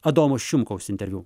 adomo šimkaus interviu